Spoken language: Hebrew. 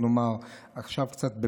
עכשיו קצת,